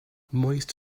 moist